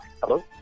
Hello